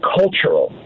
cultural